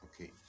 Okay